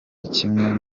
kimwe